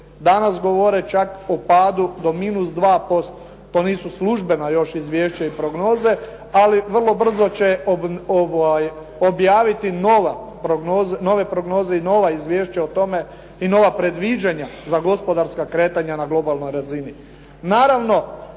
danas govore čak o padu do minus dva posto, to nisu službena još izvješća i prognoze ali vrlo brzo će objaviti nove prognoze i nova izvješća o tome i nova predviđanja za gospodarska kretanja na globalnoj razini.